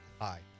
Hi